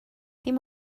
dim